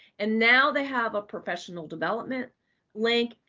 and now they have a professional development link.